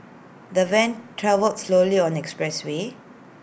the van travelled slowly on the expressway